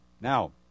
Now